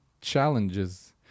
challenges